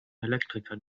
elektriker